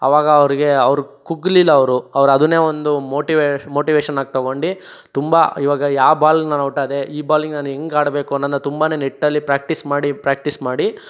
ಆವಾಗ ಅವರಿಗೆ ಅವ್ರು ಕುಗ್ಗಲಿಲ್ಲ ಅವರು ಅವ್ರು ಅದನ್ನೇ ಒಂದು ಮೋಟಿವೆ ಮೋಟಿವೇಷನ್ ಆಗಿ ತಗೊಂಡು ತುಂಬ ಇವಾಗ ಯಾವ ಬಾಲ್ಗೆ ನಾನು ಔಟ್ ಆದೆ ಈ ಬಾಲಿಗೆ ನಾನು ಹೆಂಗೆ ಆಡಬೇಕು ಅನ್ನೋದನ್ನ ತುಂಬನೇ ನೆಟ್ಟಲ್ಲಿ ಪ್ರ್ಯಾಕ್ಟಿಸ್ ಮಾಡಿ ಪ್ರ್ಯಾಕ್ಟಿಸ್ ಮಾಡಿ